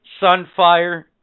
Sunfire